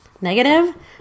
Negative